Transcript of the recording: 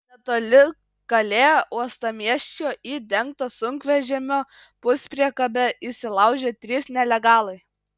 netoli kalė uostamiesčio į dengtą sunkvežimio puspriekabę įsilaužė trys nelegalai